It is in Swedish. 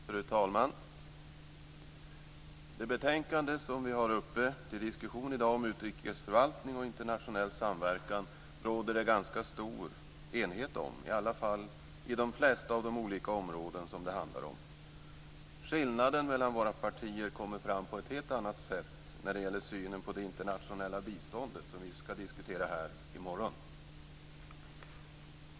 Fru talman! Det betänkande som vi har uppe till diskussion i dag om utrikesförvaltning och internationell samverkan råder det ganska stor enighet om, i varje fall på de flesta av de olika områden det handlar om. Skillnaderna mellan våra partier kommer fram på ett helt annat sätt när det gäller synen på det internationella biståndet, som vi skall diskutera här i morgon.